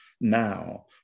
now